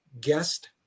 guest